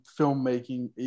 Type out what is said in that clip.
filmmaking